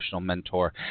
mentor